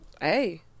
Hey